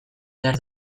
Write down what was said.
behar